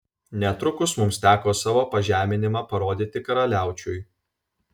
netrukus mums teko savo pažeminimą parodyti karaliaučiui